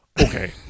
Okay